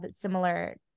similar